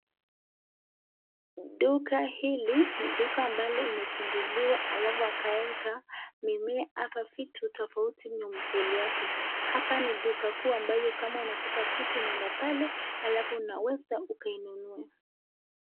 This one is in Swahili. Duka hili ni duka ambalo imefunguliwa alafu akaeka mimea ama vitu tofauti mbele yake. Hapa ni duka kuu ambayo kama unataka vitu unaenda pale alafu unaweza ukainunua.